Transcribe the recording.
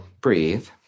breathe